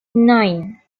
nine